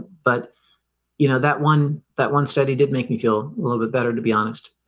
but you know that one that one study did make me feel a little bit better to be honest.